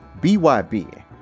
BYB